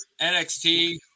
NXT